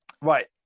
Right